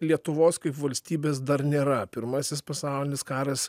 lietuvos kaip valstybės dar nėra pirmasis pasaulinis karas